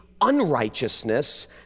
unrighteousness